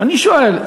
אני שואל,